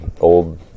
old